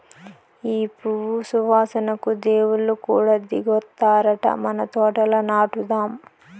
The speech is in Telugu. ఈ పువ్వు సువాసనకు దేవుళ్ళు కూడా దిగొత్తారట మన తోటల నాటుదాం